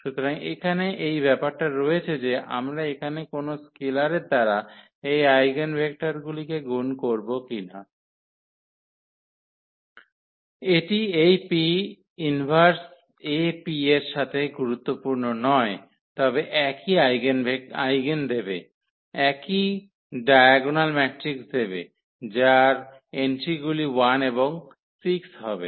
সুতরাং এখানে এই ব্যাপারটা রয়েছে যে আমরা এখানে কোন স্কেলারের দ্বারা এই আইগেনভেক্টরগুলিকে গুন করব কিনা এটি এই P 1AP এর সাথে গুরুত্বপূর্ণ নয় তবে একই আইগেন দেবে একই ডায়াগোনাল ম্যাট্রিক্স দেবে যার এন্ট্রিগুলি 1 এবং 6 হবে